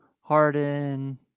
Harden